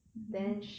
mmhmm